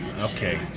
Okay